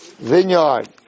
vineyard